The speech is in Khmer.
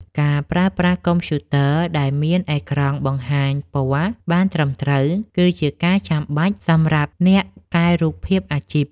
ការប្រើប្រាស់កុំព្យូទ័រដែលមានអេក្រង់បង្ហាញពណ៌បានត្រឹមត្រូវ គឺជាការចាំបាច់សម្រាប់អ្នកកែរូបភាពអាជីព។